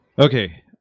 Okay